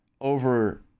over